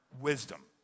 wisdom